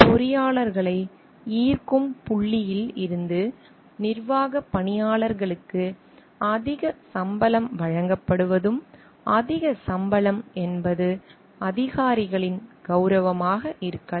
பொறியாளர்களை ஈர்க்கும் புள்ளியில் இருந்து நிர்வாகப் பணியாளர்களுக்கு அதிக சம்பளம் வழங்கப்படுவதும் அதிக சம்பளம் என்பது அதிகாரிகளின் கௌரவமாக இருக்கலாம்